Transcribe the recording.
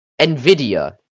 NVIDIA